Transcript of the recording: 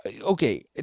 okay